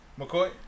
McCoy